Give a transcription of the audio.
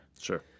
Sure